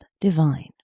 divine